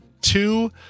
two